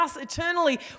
eternally